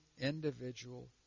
individual